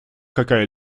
какая